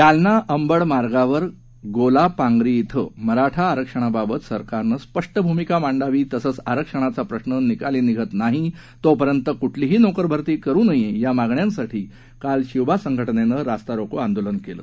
जालना अंबड मार्गावर गोलापांगरी इथं मराठा आरक्षणाबाबत सरकानं स्पष्ट भूमिका मांडावी तसंच आरक्षणाचा प्रश्न निकाली निघत नाही तोपर्यंत कुठलीही नोकर भरती करू नये या मागण्यांसाठी काल शिवबा संघटनेनं रास्ता रोको आंदोलन केलं